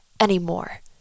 anymore